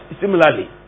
similarly